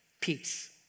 Peace